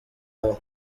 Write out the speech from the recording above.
aho